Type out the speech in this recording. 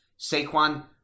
Saquon